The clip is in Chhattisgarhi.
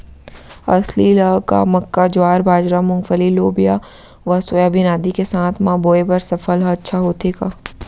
अलसी ल का मक्का, ज्वार, बाजरा, मूंगफली, लोबिया व सोयाबीन आदि के साथ म बोये बर सफल ह अच्छा होथे का?